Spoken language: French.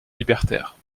libertaire